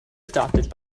adopted